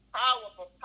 powerful